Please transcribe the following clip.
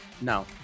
now